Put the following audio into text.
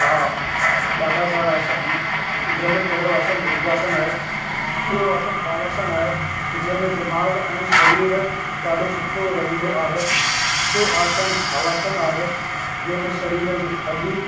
हा ॾाढा सारा आसन आहिनि जंहिं में पहिरियों आसनु भुजंगासन आहे ॿियों आसनु बालासन आहे जंहिं में दिमाग़ ऐं सरीर ॾाढो सुठो रहंदो आहे टियों आसनु हलासन आहे जंहिं में सरीर जी हड्डी